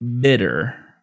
bitter